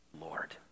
Lord